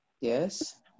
Yes